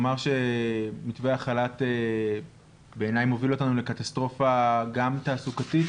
מתווה החל"ת מוביל אותנו לקטסטרופה תעסוקתית